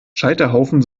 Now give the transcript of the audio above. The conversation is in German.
scheiterhaufen